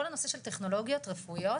כל הנושא של טכנולוגיות רפואיות,